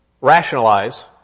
Rationalize